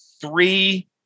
three